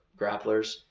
grapplers